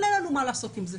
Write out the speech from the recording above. אבל אין לנו מה לעשות עם זה.